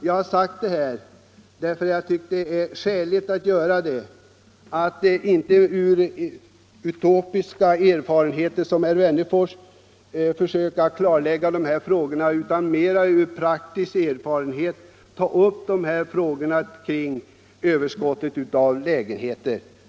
Jag har framfört dessa synpunkter därför att jag tycker att det är skäligt att försöka klarlägga problemen med överskottet av lägenheter, inte med utgångspunkt i utopier som herr Wennerfors gör utan mera med utgångspunkt i praktiska erfarenheter.